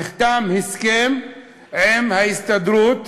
נחתם הסכם עם ההסתדרות